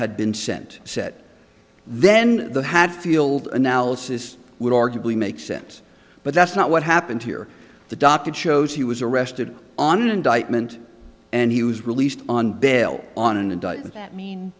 had been sent set then the hadfield analysis would arguably make sense but that's not what happened here the docket shows he was arrested on indictment and he was released on bail on an i